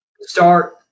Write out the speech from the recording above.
start